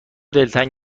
دلتنگ